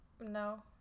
no